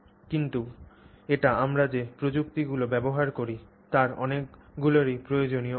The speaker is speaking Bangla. কিন্তু এটি আমরা যে প্রযুক্তিগুলি ব্যবহার করি তার অনেকগুলিরই প্রয়োজনীয় অংশ